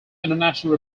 international